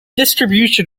distribution